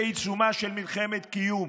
בעיצומה של מלחמת קיום,